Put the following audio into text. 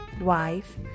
wife